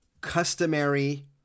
customary